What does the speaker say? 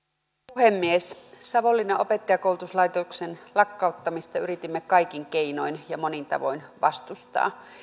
puhemies savonlinnan opettajankoulutuslaitoksen lakkauttamista yritimme kaikin keinoin ja monin tavoin vastustaa